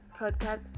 podcast